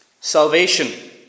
Salvation